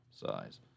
size